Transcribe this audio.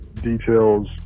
details